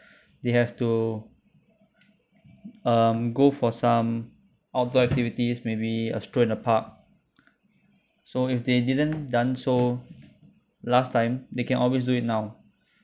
they have to um go for some outdoor activities maybe a stroll in the park so if they didn't done so last time they can always do it now